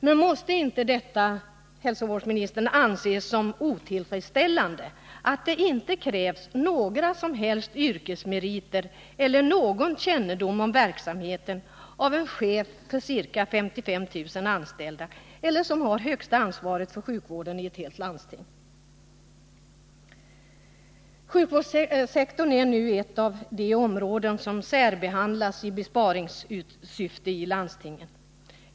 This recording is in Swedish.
Men måste det inte, hälsovårdsministern, anses otillfredsställande att det inte krävs några som helst yrkesmeriter eller någon kännedom om verksamheten av en chef för ca 55 000 anställda eller av den som har det högsta ansvaret för sjukvården i helt Sjukvården är nu ett av de områden som i besparingssyfte särbehandlas i landstingen.